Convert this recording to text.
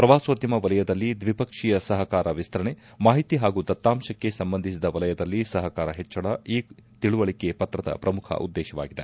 ಪ್ರವಾಸೋದ್ಯಮ ವಲಯದಲ್ಲಿ ದ್ವಿಪಕ್ಷೀಯ ಸಹಕಾರ ವಿಸ್ತರಣೆ ಮಾಹಿತಿ ಹಾಗೂ ದತ್ತಾಂಶಕ್ಕೆ ಸಂಬಂಧಿಸಿದ ವಲಯದಲ್ಲಿ ಸಹಕಾರ ಹೆಚ್ಚಳ ಈ ತಿಳುವಳಿಕೆ ಪತ್ರದ ಪ್ರಮುಖ ಉದ್ದೇಶವಾಗಿದೆ